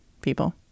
people